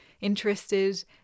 interested